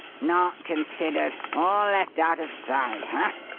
not considered! all left out of sight! hah!